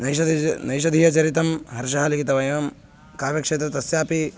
नैषधं नैषधीयचरितं श्रीहर्षः लिखितवान् एवं काव्यक्षेत्रे तस्यापि